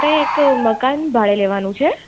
મારે એક મકાન ભાડે લેવાનું છે